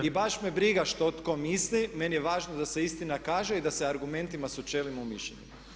I baš me briga što tko misli, meni je važno da se istina kaže i da se argumentima sučelimo u mišljenja.